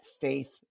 faith